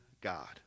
God